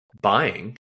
buying